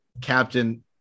captain